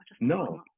No